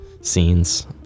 scenes